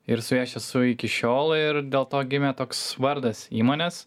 ir su ja aš esu iki šiol ir dėl to gimė toks vardas įmonės